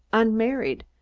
unmarried,